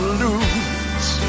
lose